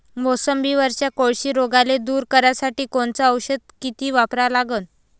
मोसंबीवरच्या कोळशी रोगाले दूर करासाठी कोनचं औषध किती वापरा लागन?